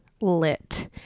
lit